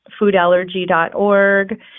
foodallergy.org